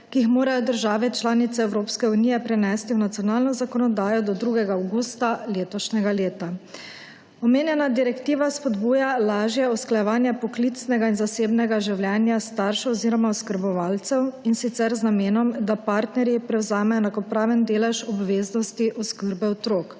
ki jih morajo države članice Evropske unije prenesti v nacionalno zakonodajo do 2. avgusta letošnjega leta. Omenjena direktiva spodbuja lažje usklajevanje poklicnega in zasebnega življenja staršev oziroma oskrbovalcev in sicer z namenom, da partnerji prevzamejo enakopraven delež obveznosti oskrbe otrok.